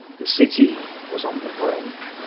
the city was on the brink.